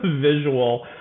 visual